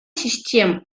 систем